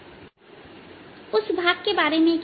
x0भाग के बारे में क्या